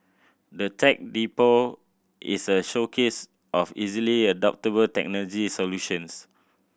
the Tech Depot is a showcase of easily adoptable technology solutions